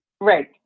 Right